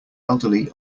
elderly